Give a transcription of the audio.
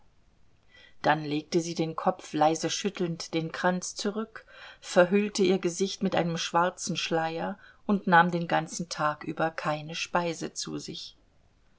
dann legte sie den kopf leise schüttelnd den kranz zurück verhüllte ihr gesicht mit einem schwarzen schleier und nahm den ganzen tag über keine speise zu sich